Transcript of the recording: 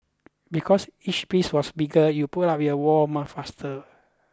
because each piece was bigger you put up your wall much faster